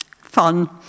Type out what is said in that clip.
fun